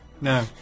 No